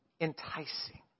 enticing